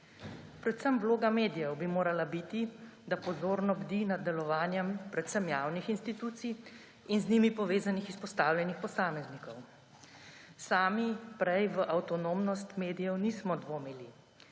Predvsem vloga medijev bi morala biti, da pozorno bdijo nad delovanjem predvsem javnih institucij in z njimi povezanih izpostavljenih posameznikov. Sami prej v avtonomnost medijev nismo dvomili,